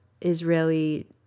Israeli